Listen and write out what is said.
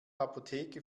apotheke